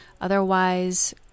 Otherwise